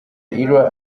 ira